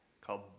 called